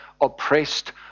oppressed